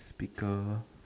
speaker